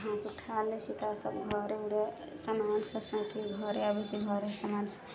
हमसभ ठार रहैत छिऐ तऽ सभ घरे उरे समान सभ सैतके घरे अबैत छिऐ घरे समान